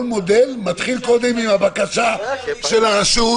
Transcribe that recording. כל מודל מתחיל קודם עם הבקשה של הרשות